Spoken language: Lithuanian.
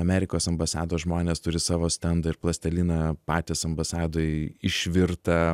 amerikos ambasados žmonės turi savo stendą ir plastiliną patys ambasadoj išvirtą